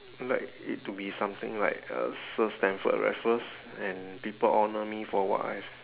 like it to be something like uh sir stamford raffles and people honour me for what I have